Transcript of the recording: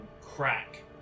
crack